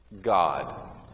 God